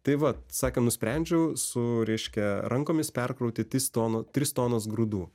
tai vat sakė nusprendžiau su reiškia rankomis perkrauti tris tono tris tonas grūdų